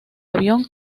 avión